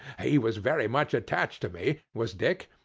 he was very much attached to me, was dick.